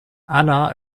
anna